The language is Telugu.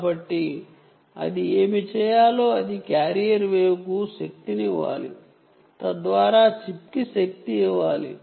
కాబట్టి అది ఏమి చేయాలి క్యారియర్ వేవ్కు శక్తినివ్వాలి తద్వారా చిప్ కి శక్తి వస్తుంది